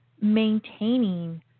maintaining